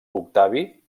octavi